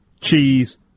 cheese